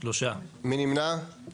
3 נמנעים,